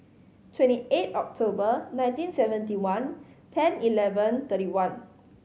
twenty eight October nineteen seventy one ten eleven thirty one